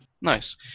Nice